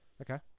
Okay